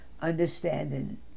understanding